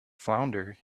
flounder